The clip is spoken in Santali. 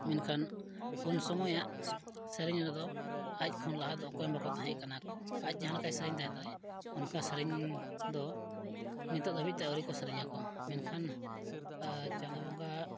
ᱢᱮᱱᱠᱷᱟᱱ ᱩᱱ ᱥᱚᱢᱚᱭᱟᱜ ᱥᱮᱨᱮᱧ ᱨᱮᱫᱚ ᱟᱡ ᱠᱷᱚᱱ ᱞᱟᱦᱟ ᱫᱚ ᱚᱠᱚᱭᱦᱚᱸ ᱵᱟᱠᱚ ᱛᱟᱦᱮᱸ ᱠᱟᱱᱟ ᱠᱚ ᱟᱡ ᱡᱟᱦᱟᱸ ᱞᱮᱠᱟᱭ ᱥᱮᱨᱮᱧ ᱛᱟᱦᱮᱱ ᱫᱚᱭ ᱚᱱᱠᱟ ᱥᱮᱨᱮᱧ ᱫᱚ ᱱᱤᱛᱳᱜ ᱫᱷᱟᱹᱵᱤᱡᱽᱛᱮ ᱟᱹᱣᱨᱤ ᱠᱚ ᱥᱮᱨᱮᱧᱟᱠᱚ ᱢᱮᱱᱠᱷᱟᱱ ᱪᱟᱸᱫᱳ ᱵᱚᱸᱜᱟᱣᱟᱜ